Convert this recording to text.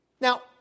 Now